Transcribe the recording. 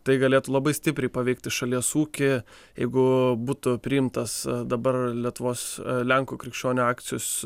tai galėtų labai stipriai paveikti šalies ūkį jeigu būtų priimtas dabar lietuvos lenkų krikščionių akcijos